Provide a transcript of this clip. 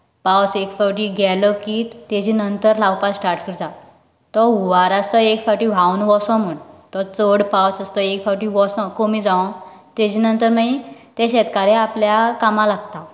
पावस एक फावट गेलो की तेचे नंतर लावपा स्टार्ट करता तो हुंवार आसा तो एक फावट व्हांवन वचो म्हूण चड पावस आसा तो वसो कमी जावं तेचे नंतर मागीर ते शेतकार आपल्या कामा लागता